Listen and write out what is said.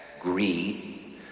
greed